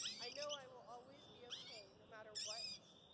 i know i will always be ok, no matter what.